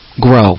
grow